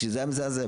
כשזה היה מזעזע,